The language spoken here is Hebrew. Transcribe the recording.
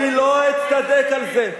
אני לא אצטדק על זה.